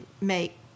make